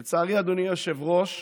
לצערי, אדוני היושב-ראש,